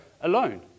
alone